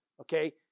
okay